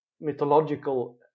mythological